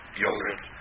yogurt